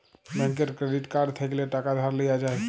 ব্যাংকের credit card থ্যাইকলে টাকা ধার লিয়া যায়